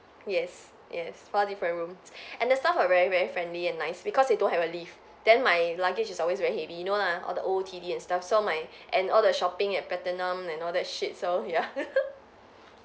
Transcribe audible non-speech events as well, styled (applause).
yes yes four different rooms and the staff are very very friendly and nice because they don't have a lift then my luggage is always very heavy you know lah all the O_O_T_D and stuff so my and all the shopping at platinum and all that shit so ya (laughs)